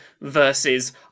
versus